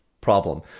problem